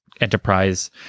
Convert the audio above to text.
enterprise